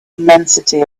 immensity